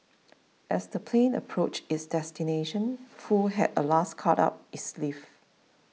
as the plane approached its destination Foo had a last card up his sleeve